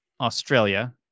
Australia